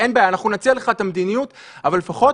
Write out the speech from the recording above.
אין בעיה, נציע לך מדיניות, אבל לפחות